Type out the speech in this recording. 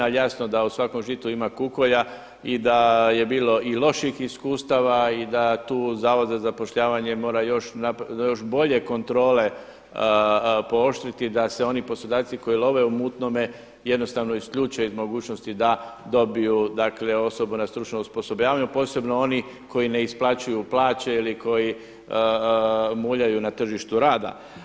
Ali jasno da u „svakom žitu ima kukolja“ i da je bilo i loših iskustava i da tu Zavod za zapošljavanje mora još bolje kontrole pooštriti da se oni poslodavci koji love u mutnome jednostavno isključe iz mogućnosti da dobiju osobu na stručnom osposobljavanju posebno oni koji ne isplaćuju plaće ili koji muljaju na tržištu rada.